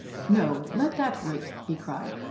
no, let that wait, he cried.